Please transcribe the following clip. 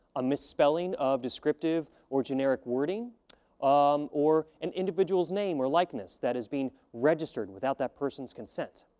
a misspelling of descriptive or generic wording um or an individual's name or likeness that is being registered without that person's consent,